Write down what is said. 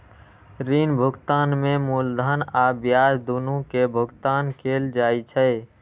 ऋण भुगतान में मूलधन आ ब्याज, दुनू के भुगतान कैल जाइ छै